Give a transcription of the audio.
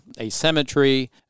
asymmetry